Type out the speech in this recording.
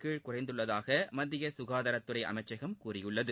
கீழ் குறைந்துள்ளதாக மத்திய சுகாதாரத்துறை அமைச்சகம் கூறியுள்ளது